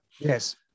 Yes